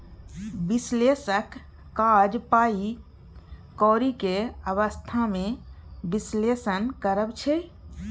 बिश्लेषकक काज पाइ कौरीक अबस्था केँ बिश्लेषण करब छै